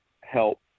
help